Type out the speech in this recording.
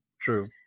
True